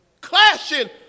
Clashing